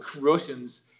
Russians